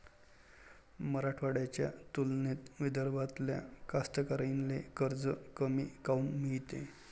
मराठवाड्याच्या तुलनेत विदर्भातल्या कास्तकाराइले कर्ज कमी काऊन मिळते?